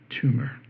tumor